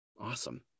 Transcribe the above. Awesome